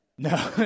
No